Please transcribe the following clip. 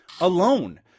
alone